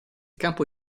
campo